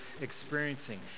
experiencing